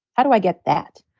how do i get that?